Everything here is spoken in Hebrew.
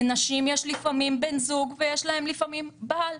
לנשים יש לפעמים בן זוג ויש להן לפעמים בעל,